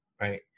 right